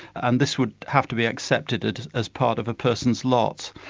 and this would have to be accepted as part of a person's lot.